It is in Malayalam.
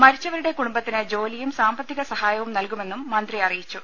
മരിച്ചവരുടെ കുടുംബത്തിന് ജോലിയും സാമ്പത്തികൃസഹായവും നൽകുമെന്നും മന്ത്രി അറിയിച്ചു